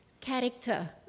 character